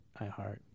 iheart